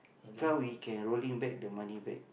felt we can rolling back the money back